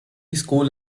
school